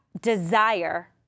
desire